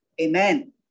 Amen